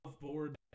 board